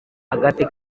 agathe